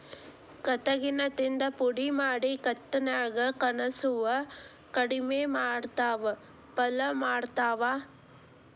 ಕಟಗಿನ ತಿಂದ ಪುಡಿ ಮಾಡಿ ಕಟಗ್ಯಾನ ಕಸುವ ಕಡಮಿ ಮಾಡತಾವ ಪಳ್ಳ ಮಾಡತಾವ